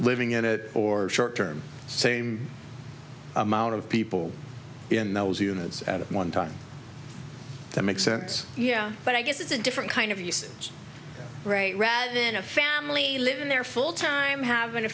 living in it or short term same amount of people in those units at one time that makes sense yeah but i guess it's a different kind of use right rather than a family living there full time having a